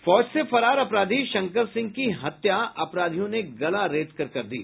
फौज से फरार अपराधी शंकर सिंह की हत्या अपराधियों ने गला रेत कर दी